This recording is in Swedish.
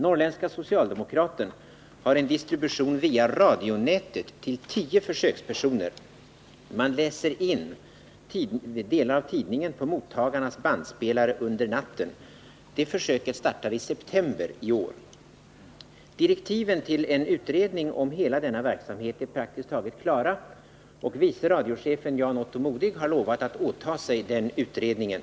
Norrländska Socialdemokraten har en distribution via radionätet till tio försökspersoner. Man läser under natten in delar av tidningen på mottagarnas bandspelare. Detta försök startade i september i år. Direktiven till en utredning om hela denna verksamhet är praktiskt taget klara, och vice radiochefen Jan-Otto Modig har lovat åta sig den utredningen.